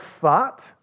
thought